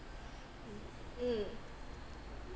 mm